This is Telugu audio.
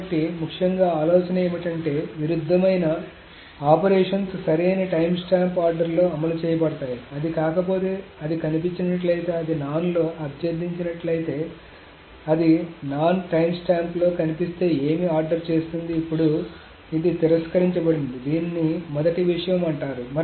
కాబట్టి ముఖ్యంగా ఆలోచన ఏమిటంటే విరుద్ధమైన ఆపరేషన్స్ సరైన టైమ్స్టాంప్ ఆర్డర్లో అమలు చేయబడతాయి అది కాకపోతే అది కనిపించినట్లయితే అది నాన్ లో అభ్యర్థించి నట్లయితే అది నాన్ టైమ్స్టాంప్లో కనిపిస్తే ఏమి ఆర్డర్ చేస్తుంది అప్పుడు ఇది తిరస్కరించబడింది దీనిని మొదటి విషయం అంటారు